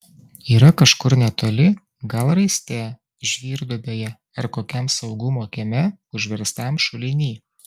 yra kažkur netoli gal raiste žvyrduobėje ar kokiam saugumo kieme užverstam šuliny